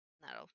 That'll